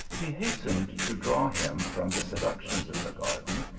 he hastened to draw him from the seductions of the garden,